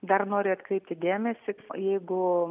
dar noriu atkreipti dėmesį jeigu